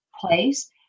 place